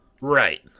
Right